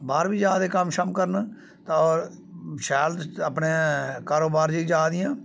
बाह्र बी जा दे कम्म शम्म करन ते होर शैल अपने कारोबार लेई जा दियां